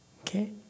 Okay